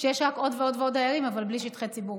שיש רק עוד ועוד דיירים אבל בלי שטחי ציבור.